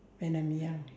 when I'm young